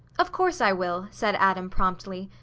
of course i will, said adam promptly.